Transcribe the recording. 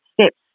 steps